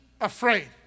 afraid